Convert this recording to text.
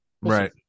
Right